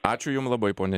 ačiū jum labai pone